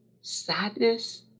sadness